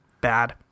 Bad